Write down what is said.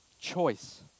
choice